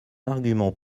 arguments